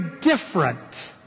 different